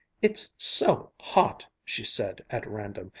it's so hot, she said, at random,